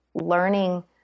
learning